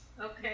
Okay